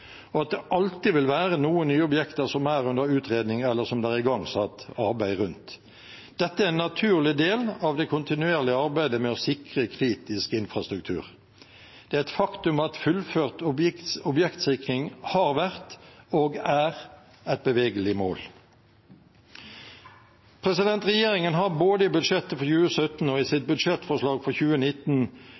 og at det alltid vil være noen nye objekter som er under utredning, eller som det er igangsatt arbeid rundt. Dette er en naturlig del av det kontinuerlige arbeidet med å sikre kritisk infrastruktur. Det er et faktum at fullført objektsikring har vært, og er, et bevegelig mål. Regjeringen har både i budsjettet for 2017 og i sitt budsjettforslag for 2019